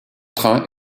trains